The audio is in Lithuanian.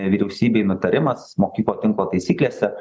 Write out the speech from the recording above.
vyriausybei nutarimas mokyklų tinklo taisyklėse